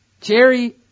jerry